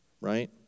right